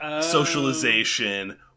socialization